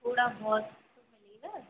थोड़ा बहुत तो मिलेगा